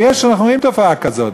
אנחנו רואים תופעה כזאת.